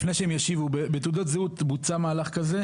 לפני שהם ישיבו, בתעודות זהות בוצע מהלך כזה.